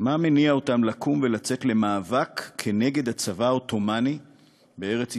מה מניע אותם לקום ולצאת למאבק נגד הצבא העות'מאני בארץ-ישראל,